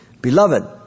Beloved